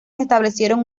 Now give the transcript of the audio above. establecieron